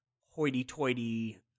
hoity-toity